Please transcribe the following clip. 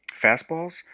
fastballs